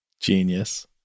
Genius